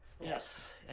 Yes